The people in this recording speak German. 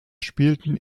spielten